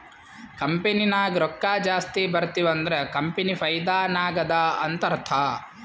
company ನಾಗ್ ರೊಕ್ಕಾ ಜಾಸ್ತಿ ಬರ್ತಿವ್ ಅಂದುರ್ ಕಂಪನಿ ಫೈದಾ ನಾಗ್ ಅದಾ ಅಂತ್ ಅರ್ಥಾ